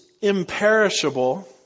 imperishable